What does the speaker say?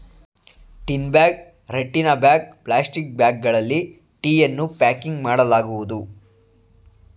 tin bag, ರಟ್ಟಿನ bag, plastic ಬ್ಯಾಗ್ಗಳಲ್ಲಿ ಟೀಯನ್ನು ಪ್ಯಾಕಿಂಗ್ ಮಾಡಲಾಗುವುದು